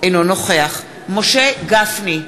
אינו נוכח משה גפני,